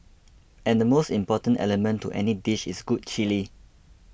and the most important element to any dish is good chilli